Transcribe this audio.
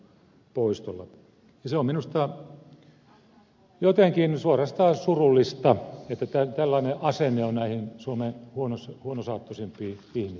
on minusta jotenkin suorastaan surullista että tällainen asenne on näihin suomen huonosaattoisimpiin ihmisiin